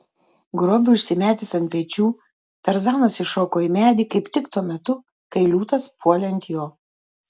grobį užsimetęs ant pečių tarzanas įšoko į medį kaip tik tuo metu kai liūtas puolė ant jo